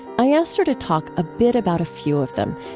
i asked her to talk a bit about a few of them,